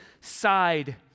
side